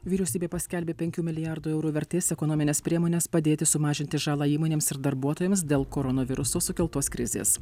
vyriausybė paskelbė penkių milijardų eurų vertės ekonomines priemones padėti sumažinti žalą įmonėms ir darbuotojams dėl koronaviruso sukeltos krizės